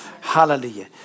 Hallelujah